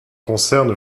concerne